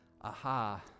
aha